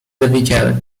dowiedziałem